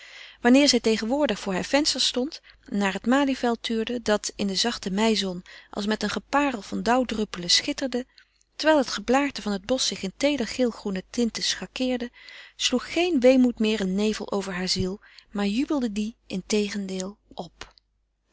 wanneer zij tegenwoordig voor haar venster stond en naar het malieveld tuurde dat in de zachte meizon als met een geparel van dauwdruppelen schitterde terwijl het geblaârte van het bosch zich in teeder geelgroene tinten schakeerde sloeg geen weemoed meer een nevel over haar ziel maar jubelde die integendeel op